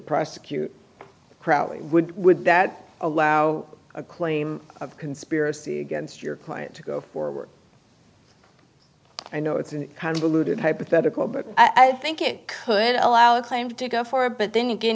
prosecute crowley would that allow a claim of conspiracy against your client to go forward i know it's an convoluted hypothetical but i think it could allow a claim to go for it but then again